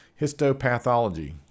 Histopathology